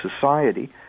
society